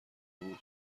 بود